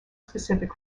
specific